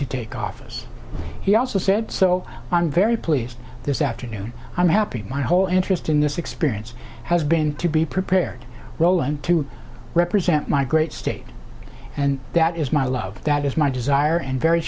to take office he also said so i'm very pleased this afternoon i'm happy my whole interest in this experience has been to be prepared roland to represent my great state and that is my love that is my desire and very